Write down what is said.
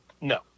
no